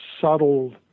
subtle